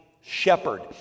shepherd